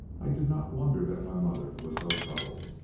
i did not wonder that my mother was so troubled.